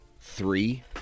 three